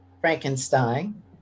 Frankenstein